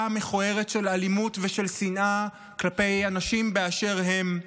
המכוערת של אלימות ושל שנאה כלפי אנשים באשר הם,